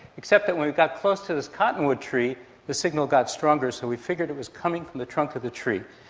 except that when we got close to this cottonwood tree the signal got stronger, so we figured it was coming from the trunk of the tree.